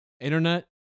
Internet